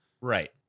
right